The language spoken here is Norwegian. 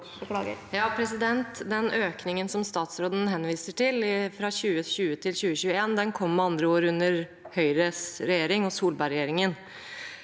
(H) Den økningen som statsråden henviser til, fra 2020 til 2021, kom med andre ord under Høyres regjering, Solberg-regjeringen.